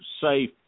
safe